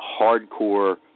hardcore